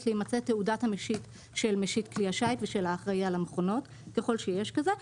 תעודת המשיט של משיט כלי השיט ושל האחראי על המכונות ככל שיש כזה.